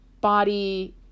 body